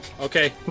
okay